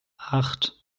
acht